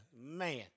Man